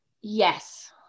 Yes